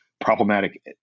problematic